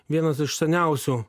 vienas iš seniausių